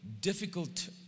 difficult